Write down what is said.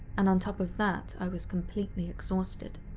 and on top of that i was completely exhausted.